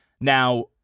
Now